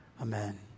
amen